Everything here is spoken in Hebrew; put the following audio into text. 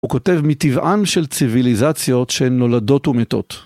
הוא כותב מטבען של ציוויליזציות שהן נולדות ומתות.